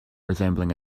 resembling